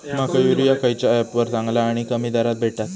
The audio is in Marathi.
माका युरिया खयच्या ऍपवर चांगला आणि कमी दरात भेटात?